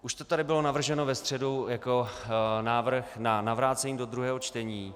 Už to tady bylo navrženo ve středu jako návrh na navrácení do druhého čtení.